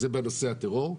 זה בנושא הטרור.